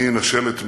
מי ינשל את מי,